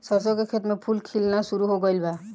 सरसों के खेत में फूल खिलना शुरू हो गइल बा